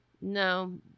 No